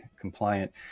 compliant